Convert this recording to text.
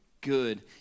good